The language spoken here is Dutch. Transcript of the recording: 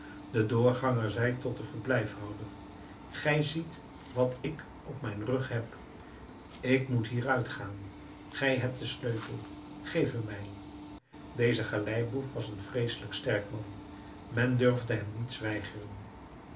de doorganger zei tot den verblijfhouder gij ziet wat ik op mijn rug heb ik moet hieruit gaan gij hebt den sleutel geef hem mij deze galeiboef was een vreeselijk sterk man men durfde hem niets